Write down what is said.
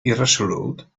irresolute